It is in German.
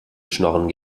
schnorren